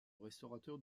restaurateur